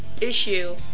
issue